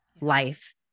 life